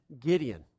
Gideon